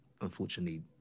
unfortunately